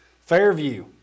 Fairview